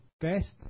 best